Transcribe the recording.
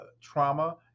trauma